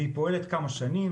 והיא פועלת כמה שנים,